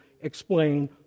explain